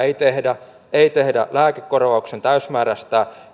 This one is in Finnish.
ei tehdä ei tehdä lääkekorvauksen täysmääräistä